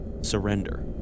Surrender